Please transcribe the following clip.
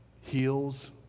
heals